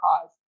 cause